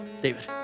David